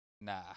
nah